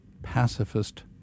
pacifist